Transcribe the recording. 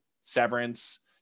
severance